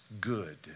good